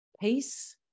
peace